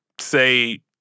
say